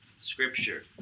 Scripture